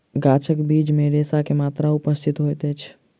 गाछक बीज मे रेशा के मात्रा उपस्थित होइत अछि